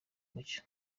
umucyo